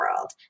world